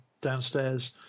downstairs